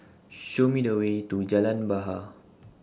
Show Me The Way to Jalan Bahar